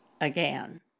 again